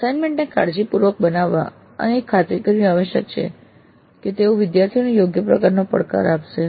assignment ને કાળજીપૂર્વક બનાવવા અને એ ખાતરી કરવી આવશ્યક છે કે તે વિદ્યાર્થીઓને યોગ્ય પ્રકારનો પડકાર પૂરો પાડે